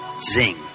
Zing